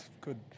Good